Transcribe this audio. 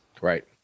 Right